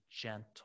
gentle